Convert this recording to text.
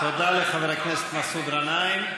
תודה לחבר הכנסת מסעוד גנאים.